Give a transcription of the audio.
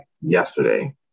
yesterday